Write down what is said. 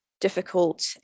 difficult